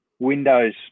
Windows